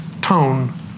tone